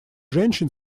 женщин